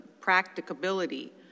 practicability